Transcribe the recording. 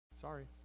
Sorry